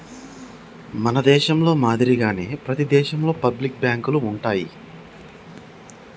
మన దేశంలో మాదిరిగానే ప్రతి దేశంలోను పబ్లిక్ బాంకులు ఉంటాయి